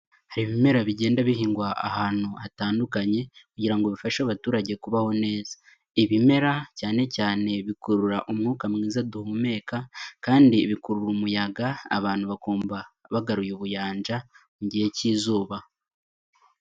Hari ibimera bigenda bihingwa ahantu hatandukanye kugira ngo bifashe abaturage kubaho neza, ibimera cyane cyane bikurura umwuka mwiza duhumeka kandi bikurura umuyaga abantu bakumva bagaruye ubuyanja mu gihe cy'izuba.